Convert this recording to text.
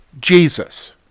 Jesus